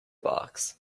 box